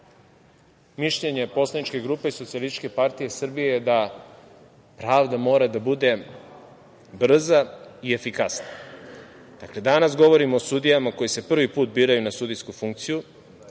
mišljenje poslaničke grupe SPS je da pravda mora da bude brza i efikasna. Dakle, danas govorimo o sudijama koji se prvi put biraju na sudijsku funkciju